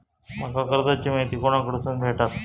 माका कर्जाची माहिती कोणाकडसून भेटात?